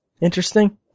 interesting